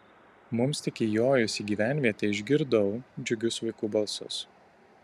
mums tik įjojus į gyvenvietę išgirdau džiugius vaikų balsus